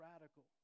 radical